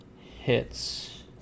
Hits